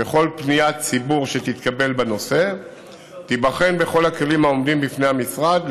וכל פניית ציבור שתתקבל בנושא תיבחן בכל הכלים העומדים בפני המשרד,